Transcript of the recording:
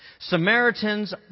Samaritans